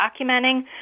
documenting